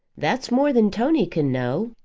that's more than tony can know.